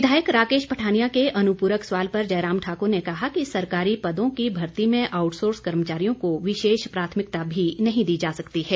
विधायक राकेश पठानिया के अनुपूरक सवाल पर जयराम ठाकुर ने कहा कि सरकारी पदों की भर्ती में आउटसोर्स कर्मचारियों को विशेष प्राथमिकता भी नहीं दी जा सकती है